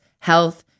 health